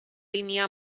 línia